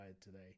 today